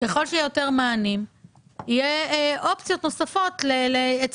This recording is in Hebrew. יהיו אופציות דיור נוספות.